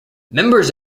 members